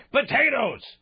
potatoes